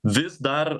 vis dar